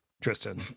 tristan